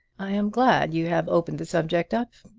i am glad you have opened the subject up.